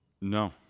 No